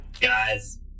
GUYS